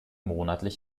monatlich